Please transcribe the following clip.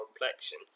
complexion